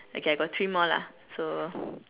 okay I got three more lah so